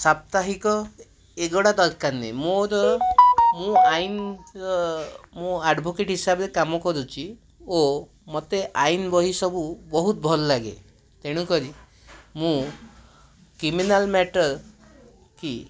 ସାପ୍ତାହିକ ଏଗୁଡ଼ା ଦରକାର ନାହଁ ମୋର ମୁଁ ଆଇନର ମୁଁ ଆଡ଼ଭୋକେଟ୍ ହିସାବରେ କାମ କରୁଛି ଓ ମୋତେ ଆଇନ ବହି ସବୁ ବହୁତ ଭଲ ଲାଗେ ତେଣୁକରି ମୁଁ କ୍ରିମିନାଲ୍ ମ୍ୟାଟର୍ କି